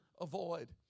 avoid